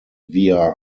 via